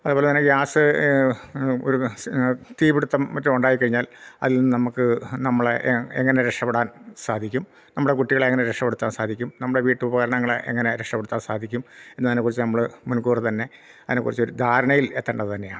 അതുപോലെ തന്നെ ഗ്യാസ് ഒരു തീപിടുത്തം മറ്റും ഉണ്ടായിക്കഴിഞ്ഞാൽ അതിൽ നിന്ന് നമുക്ക് നമ്മളെ എങ്ങനെ രക്ഷപ്പെടാൻ സാധിക്കും നമ്മുടെ കുട്ടികളെ എങ്ങനെ രക്ഷപ്പെടുത്താൻ സാധിക്കും നമ്മുടെ വീട്ടുപകരണങ്ങളെ എങ്ങനെ രക്ഷപ്പെടാൻ സാധിക്കും എന്നതിനെക്കുറിച്ചു നമ്മൾ മുൻകൂറ് തന്നെ അതിനെക്കുറിച്ചു ഒരു ധാരണയിൽ എത്തേണ്ടത് തന്നെയാണ്